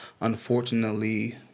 Unfortunately